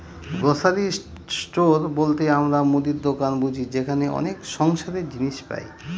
grocery store বলতে আমরা মুদির দোকান বুঝি যেখানে অনেক সংসারের জিনিস পাই